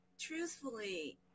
Truthfully